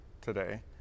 today